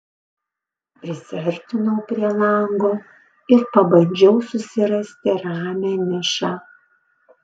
prisiartinau prie lango ir pabandžiau susirasti ramią nišą